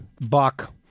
Buck